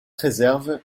réserves